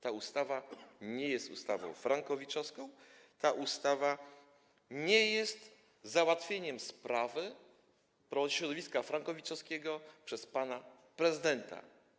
Ta ustawa nie jest ustawą frankowiczowską, ta ustawa nie jest załatwieniem sprawy środowiska frankowiczowskiego przez pana prezydenta.